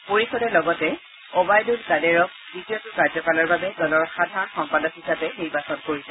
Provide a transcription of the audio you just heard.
পৰিষদে লগতে অবাইদুল কাদেৰক দ্বিতীয়টো কাৰ্যকালৰ বাবে দলৰ সাধাৰণ সম্পাদক হিচাপে নিৰ্বাচন কৰিছে